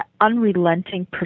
unrelenting